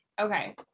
Okay